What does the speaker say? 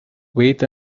wait